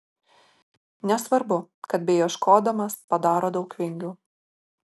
nesvarbu kad beieškodamas padaro daug vingių